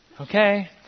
okay